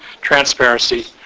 transparency